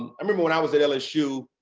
um i remember when i was at lsu,